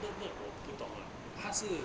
nerd nerd 我不懂他是 train